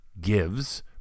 gives